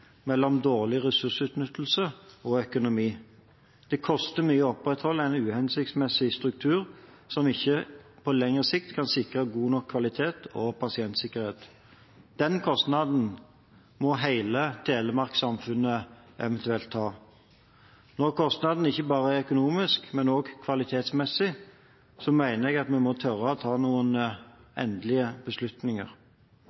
mellom dårlig ressursutnyttelse og økonomi. Det koster mye å opprettholde en uhensiktsmessig struktur som ikke på lengre sikt kan sikre god nok kvalitet og pasientsikkerhet. Den kostnaden må hele Telemark-samfunnet eventuelt ta. Når kostnadene ikke bare er av økonomisk art, men også av kvalitetsmessig art, mener jeg vi må tørre å ta noen endelige beslutninger.